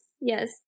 Yes